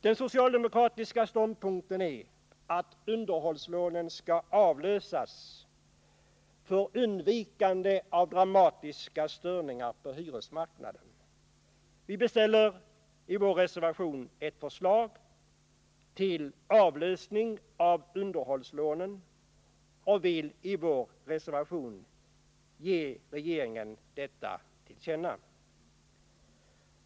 Den socialdemokratiska ståndpunkten är att underhållslånen skall avlösas för undvikande av dramatiska störningar på hyresmarknaden. Vi beställer i vår reservation ett förslag till avlösning av underhållslånen och vill ge regeringen detta till känna.